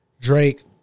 Drake